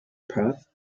path